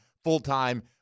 full-time